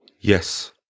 Yes